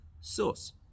source